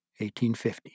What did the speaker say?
1850